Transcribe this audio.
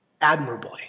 admirably